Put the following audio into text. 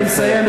נא לסיים.